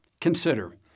Consider